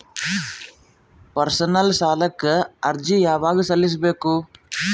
Personal ಸಾಲಕ್ಕೆ ಅರ್ಜಿ ಯವಾಗ ಸಲ್ಲಿಸಬೇಕು?